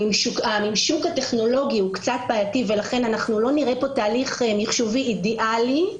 הממשק הטכנולוגי הוא קצת בעייתי ולכן לא נראה פה תהליך מחשובי אידיאלי,